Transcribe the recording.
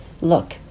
Look